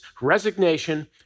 resignation